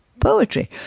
poetry